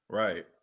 right